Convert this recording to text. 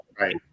right